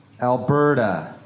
Alberta